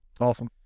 Awesome